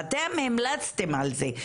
ואתם המלצתם על זה.